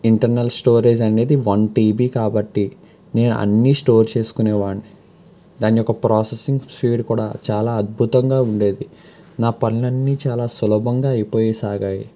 internal storage అనేది one TB కాబట్టి నేను అన్నీ స్టోర్ చేసుకునేవాడిని దాని యొక్క ప్రాసెసింగ్ స్పీడ్ కూడా చాలా అద్భుతంగా ఉండేది నా పనులన్నీ చాలా సులభంగా అయిపో సాగాయి